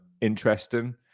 interesting